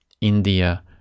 India